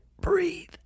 breathe